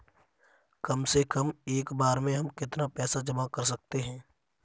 कम से कम एक बार में हम कितना पैसा जमा कर सकते हैं?